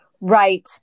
Right